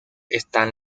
están